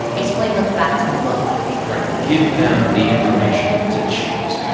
explain what that's going to look like right. give them the information to choose.